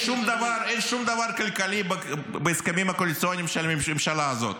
אין שום דבר כלכלי בהסכמים הקואליציוניים של הממשלה הזו,